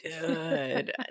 good